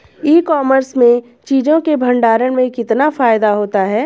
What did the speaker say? ई commerce में चीज़ों के भंडारण में कितना फायदा होता है?